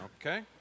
Okay